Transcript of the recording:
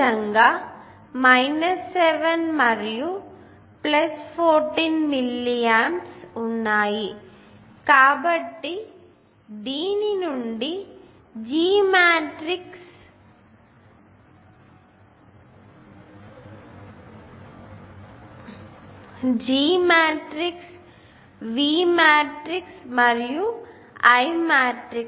ఈ విధంగా 7 మరియు 14 మిల్లీ ఆంప్స్ ఉన్నాయి కాబట్టి దీని నుండి G మ్యాట్రిక్స్ ఇది V మాట్రిక్స్ ఇది I మాట్రిక్స్ ఉంది